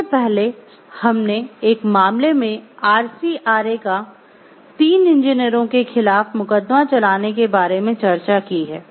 इससे पहले हमने एक मामले मे RCRA का 3 इंजीनियरों के खिलाफ मुकदमा चलाने के बारे में चर्चा की है